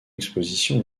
exposition